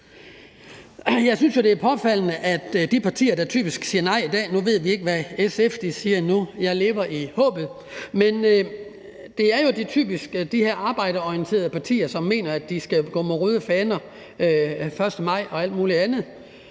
Jeg synes jo, det er påfaldende, at de partier, der typisk siger nej i dag – nu ved vi ikke, hvad SF siger endnu, men jeg lever i håbet – er de her arbejderorienterede partier, som mener, at de skal gå med røde faner 1. maj og alt muligt andet,